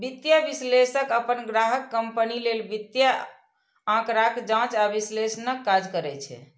वित्तीय विश्लेषक अपन ग्राहक कंपनी लेल वित्तीय आंकड़ाक जांच आ विश्लेषणक काज करै छै